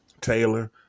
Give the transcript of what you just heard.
Taylor